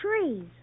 trees